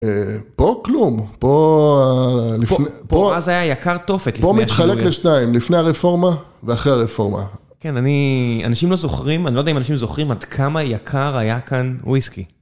אה, פה כלום. פה, אה, לפני, פה, אז היה יקר תופת לפני, פה מתחלק לשניים, לפני הרפורמה, ואחרי הרפורמה. כן, אני, אנשים לא זוכרים, אני לא יודע אם אנשים זוכרים עד כמה יקר היה כאן וויסקי.